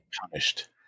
punished